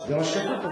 זה מה שכתוב פה,